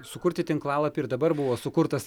sukurti tinklalapį ir dabar buvo sukurtas